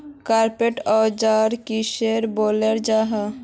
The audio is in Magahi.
कारपेंटर औजार किसोक बोलो जाहा?